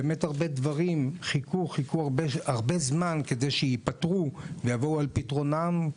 באמת הרבה דברים חיכו הרבה זמן כדי שייפתרו ויבואו על פתרונם,